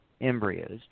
embryos